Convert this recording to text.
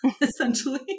essentially